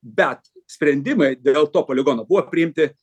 bet sprendimai dėl to poligono buvo priimti